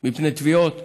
מפני תביעות.